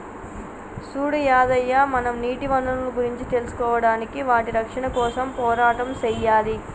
సూడు యాదయ్య మనం నీటి వనరులను గురించి తెలుసుకోడానికి వాటి రక్షణ కోసం పోరాటం సెయ్యాలి